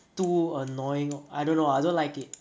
too annoying I don't know I don't like it